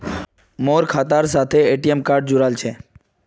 मोर खातार साथे ए.टी.एम कार्ड जुड़ाल छह